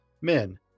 men